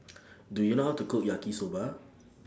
Do YOU know How to Cook Yaki Soba